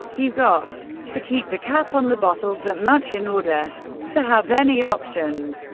you've got to keep the cap on the bottle that much, in order to have any options.